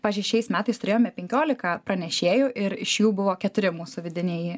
pavyzdžiui šiais metais turėjome penkiolika pranešėjų ir iš jų buvo keturi mūsų vidiniai